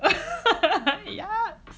yeah